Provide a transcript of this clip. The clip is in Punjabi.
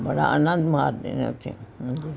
ਬੜਾ ਆਨੰਦ ਮਾਣਦੇ ਨੇ ਉੱਥੇ ਹਾਂਜੀ